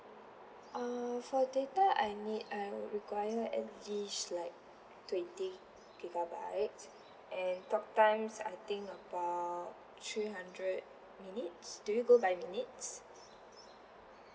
err for data I need I would require at least like twenty gigabytes and talk times I think about three hundred minutes do you go by minutes